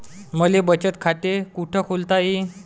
मले बचत खाते कुठ खोलता येईन?